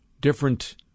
different